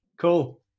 cool